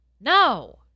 No